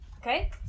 Okay